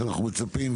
שאנחנו מצפים להם.